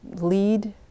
lead